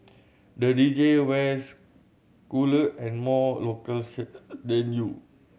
the D J wears cooler and more local shirt than you